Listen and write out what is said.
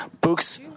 books